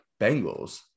Bengals